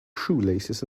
shoelaces